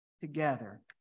together